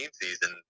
season